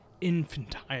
infantile